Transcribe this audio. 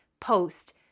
post